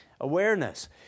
awareness